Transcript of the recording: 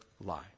lie